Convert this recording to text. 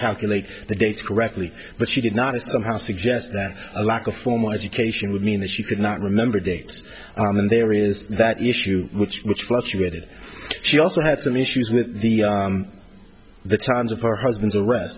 calculate the dates correctly but she did not somehow suggest that a lack of formal education would mean that she could not remember dates and there is that issue which which fluctuated she also had some issues with the the times of her husband's a